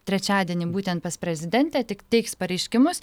trečiadienį būtent pas prezidentę tik teiks pareiškimus